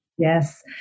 Yes